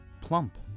plump